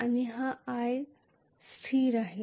आणि i हा स्थिर नाही